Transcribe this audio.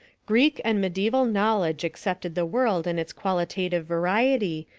greek and medieval knowledge accepted the world in its qualitative variety,